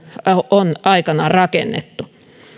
on aikanaan rakennettu